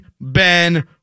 Ben